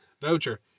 Voucher